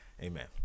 Amen